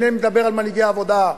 אינני מדבר על מנהיגי העבודה,